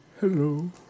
hello